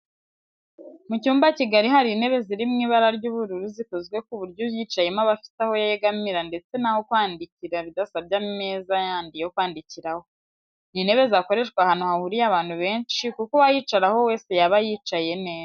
Mu cyumba kigari hari intebe ziri mu ibara ry'ubururu zikozwe ku buryo uyicayeho aba afite aho yegamira ndetse n'aho kwandikira bidasabye ameza yandi yo kwandikiraho. Ni intebe zakoreshwa ahantu hahuriye abantu benshi kuko uwayicaraho wese yaba yicaye neza.